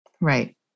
Right